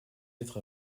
être